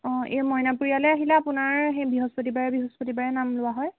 অঁ এই মইনাপুৰীয়ালে আহিলে আপোনাৰ সেই বৃহস্পতিবাৰে বৃহস্পতিবাৰে নাম লোৱা হয়